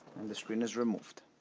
and the screen is removed.